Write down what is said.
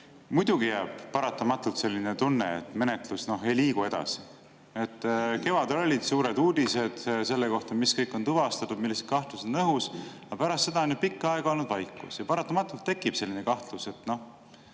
Muidugi jääb paratamatult selline tunne, et menetlus ei liigu edasi. Kevadel olid suured uudised selle kohta, mis kõik on tuvastatud, millised kahtlused on õhus, aga pärast seda on pikka aega olnud vaikus ja paratamatult tekib kahtlus,